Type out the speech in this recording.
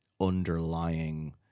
underlying